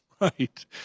Right